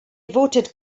voted